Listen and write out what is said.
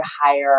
hire